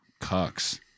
cucks